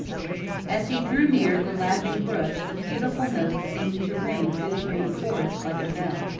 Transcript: as he drew near the laughing brook the beautiful notes seemed to ring through the green forest like a bell.